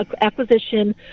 acquisition